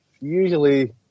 Usually